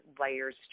layers